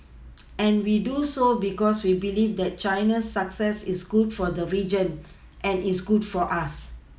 and we do so because we believe that China's success is good for the region and is good for us